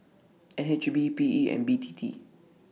N H B P E and B T T